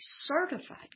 certified